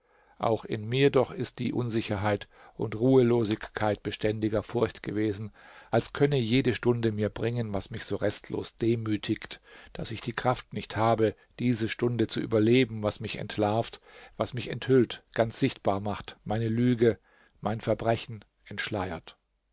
auch in mir doch ist die unsicherheit und ruhelosigkeit beständiger furcht gewesen als könne jede stunde mir bringen was mich so restlos demütigt daß ich die kraft nicht habe diese stunde zu überleben was mich entlarvt was mich enthüllt ganz sichtbar macht meine lüge mein verbrechen entschleiert